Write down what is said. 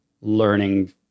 learning